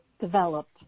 developed